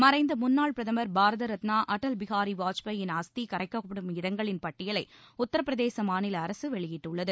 மறைந்த முன்னாள் பிரதமர் பாரத ரத்னா அடல் பிஹாரி வாஜ்பாயின் அஸ்தி கரைக்கப்படும் இடங்களின் பட்டியலை உத்தரப்பிரதேச மாநில அரசு வெளியிட்டுள்ளது